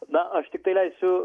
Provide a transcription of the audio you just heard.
na aš tiktai leisiu